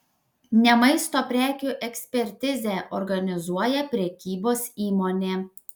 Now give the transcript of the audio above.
ne maisto prekių ekspertizę organizuoja prekybos įmonė